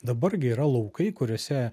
dabar gi yra laukai kuriuose